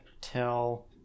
tell